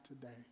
today